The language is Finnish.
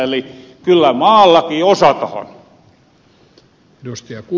eli kyllä maallakin osatahan